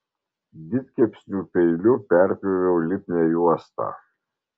didkepsnių peiliu perpjoviau lipnią juostą